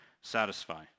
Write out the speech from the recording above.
satisfy